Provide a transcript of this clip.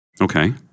Okay